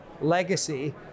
legacy